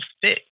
fit